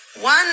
One